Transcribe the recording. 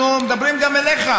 סמוטריץ, אנחנו מדברים גם אליך,